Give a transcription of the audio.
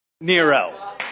Nero